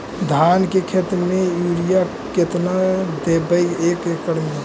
धान के खेत में युरिया केतना देबै एक एकड़ में?